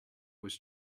was